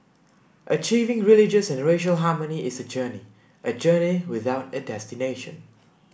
achieving religious and racial harmony is a journey a journey without a destination